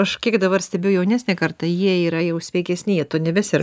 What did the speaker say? aš kiek dabar stebiu jaunesnę kartą jie yra jau sveikesni jie tuo nebeser